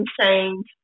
change